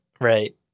Right